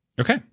Okay